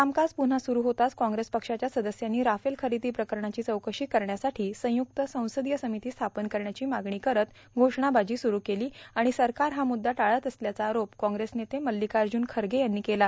कामकाज पुन्हा सुरु होताच काँग्रेस पक्षाच्या सदस्यांनी राफेल खरेदा प्रकरणाची चौकशी करण्यासाठी संयुक्त संसदोय सामती स्थापन करण्याची मागणी करत घोषणाबाजी सुरु केली र्आण सरकार हा मुद्दा टाळत असल्याचा आरोप काँग्रेस नेते मल्लिकाजुन खरगे यांनी केला